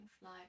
fly